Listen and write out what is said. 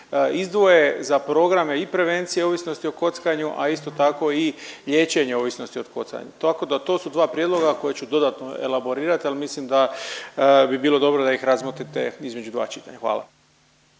izdvoje za programe i prevencije ovisnosti o kockanju, a isto tako i liječenje ovisnosti o kockanju. To su dva prijedloga koje ću dodatno elaborirat ali mislim da bi bilo dobro da ih razmotrite između dva čitanja. Hvala.